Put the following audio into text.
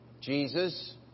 Jesus